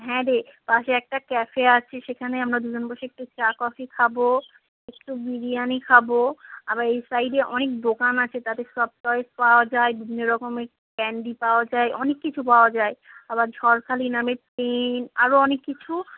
হ্যাঁ রে পাশে একটা ক্যাফে আছে সেখানে আমরা দুজন বসে একটু চা কফি খাব একটু বিরিয়ানি খাব আবার এই সাইডে অনেক দোকান আছে তাতে সফট টয়েজ পাওয়া যায় বিভিন্ন রকমের ক্যান্ডি পাওয়া যায় অনেক কিছু পাওয়া যায় আবার ঝড়খালি নামে পেন আরও অনেক কিছু